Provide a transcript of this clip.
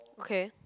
okay